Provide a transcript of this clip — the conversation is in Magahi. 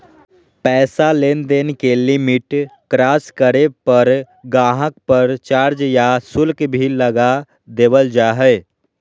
पैसा लेनदेन के लिमिट क्रास करे पर गाहक़ पर चार्ज या शुल्क भी लगा देवल जा हय